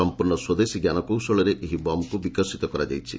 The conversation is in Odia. ସଂପୂର୍ଣ୍ଣ ସ୍ୱଦେଶୀ ଜ୍ଞାନ କୌଶଳରେ ଏହି ବମ୍କୁ ବିକଶିତ କରାଯାଇଛି